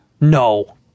no